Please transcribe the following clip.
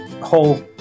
whole